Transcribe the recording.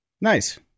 Nice